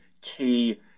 key